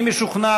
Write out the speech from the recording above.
אני משוכנע,